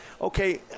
Okay